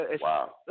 wow